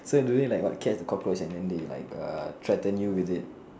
so do you like what catch a cockroach and then they like err threaten you with it